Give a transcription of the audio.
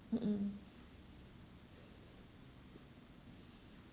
mm mm